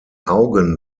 augen